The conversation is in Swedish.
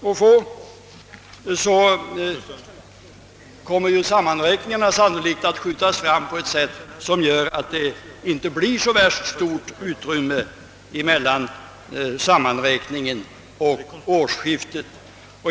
Om så emellertid blir fallet, kommer sammanräkningarna sannolikt att skjutas fram på ett sätt, som gör att det inte blir så värst stort utrymme mellan sammanräkningen och årsskiftet.